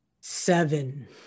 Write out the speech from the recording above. Seven